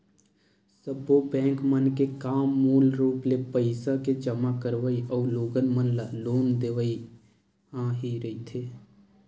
सब्बो बेंक मन के काम मूल रुप ले पइसा के जमा करवई अउ लोगन मन ल लोन देवई ह ही रहिथे